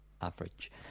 average